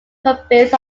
province